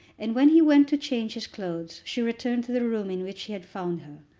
and when he went to change his clothes she returned to the room in which he had found her.